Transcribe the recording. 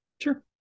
Sure